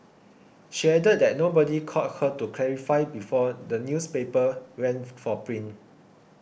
she added that nobody called her to clarify before the newspaper went for print